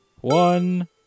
one